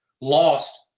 lost